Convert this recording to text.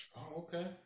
okay